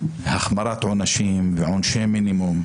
החמרת עונשים ועונשי מינימום,